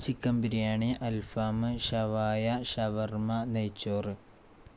chicken biryani അൽഫാമ് ഷവായ ഷവർമ്മ നെയ്ച്ചോറ്